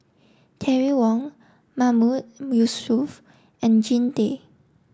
Terry Wong Mahmood Yusof and Jean Tay